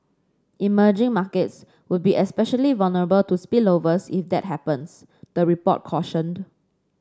emerging markets would be especially vulnerable to spillovers if that happens the report cautioned